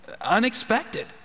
unexpected